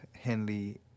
Henley